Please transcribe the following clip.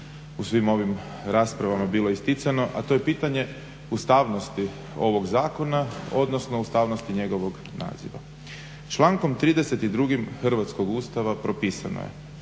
u svim ovim raspravama bilo isticano, a to je pitanje ustavnosti ovog zakona, odnosno ustavnosti njegovog naziva. Člankom 32. hrvatskog Ustava propisano je: